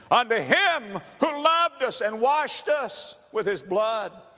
and him who loved us and washed us with his blood.